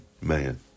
man